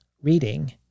reading